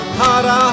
hara